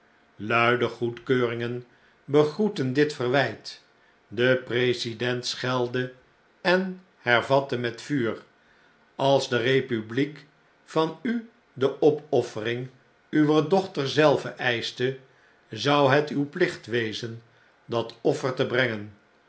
de republiek luide goedkeuringen begroetten dit verwjjt de president schelde en hervatte met vuur als de republiek van u de opoffering uwer dochter zelve eischte zou het uw plicht wezen dat offer te brengen